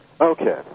Okay